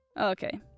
Okay